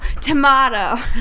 Tomato